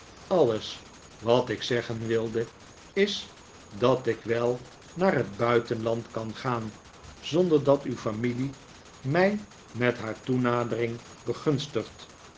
alles wat ik zeggen wilde is dat ik wel naar het buitenland kan gaan zonder dat uw familie mij met haar toenadering begunstigt